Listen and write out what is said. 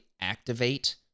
activate